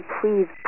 please